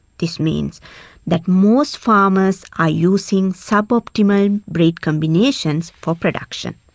this means that most farmers are using suboptimum breed combinations for production.